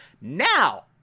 Now